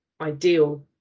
ideal